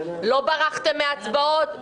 לא ברחתם מהצבעות?